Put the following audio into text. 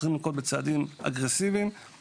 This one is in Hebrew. ויושבים במרכזים האלה גם עובדי משרד הקליטה,